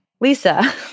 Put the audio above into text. Lisa